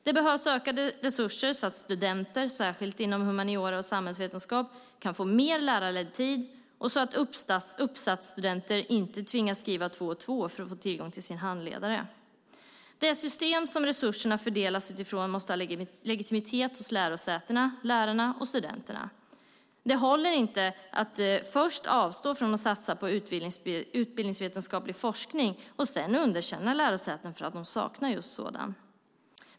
Det behövs ökade resurser så att studenter, särskilt inom humaniora och samhällsvetenskap, kan få mer lärarledd tid och så att uppsatsstudenter inte tvingas skriva två och två för att få tillgång till sin handledare. Det system som resurserna fördelas utifrån måste ha legitimitet hos lärosätena, lärarna och studenterna. Det håller inte att först avstå från att satsa på utbildningsvetenskaplig forskning och sedan underkänna lärosäten för att de saknar just sådan.